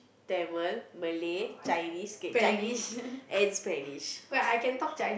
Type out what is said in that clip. Tamil Malay Chinese okay Chinese and Spanish